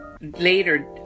later